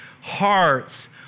hearts